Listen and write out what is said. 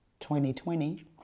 2020